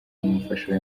n’umufasha